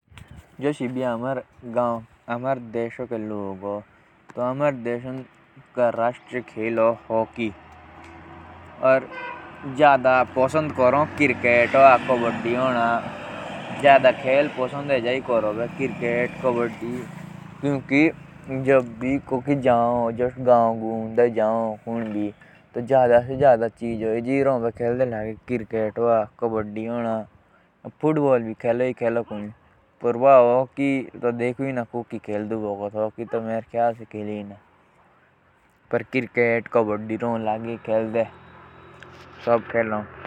आमारे देश का राष्ट्रिये खेल हॉकी हो। लेकिन एटके जदातर लोग कबड्डी खेलो और क्रिकेट खेलो। लोग एटके हॉकी बहुति कम खेलो। और जुष आमे कोली ओरी के गवड़े जौ तो तोला भी क्रिकेट ही खेलो।